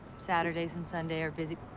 saturdays and sunday are busy.